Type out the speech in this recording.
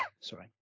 sorry